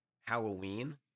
Halloween